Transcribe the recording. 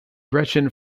gretchen